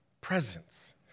presence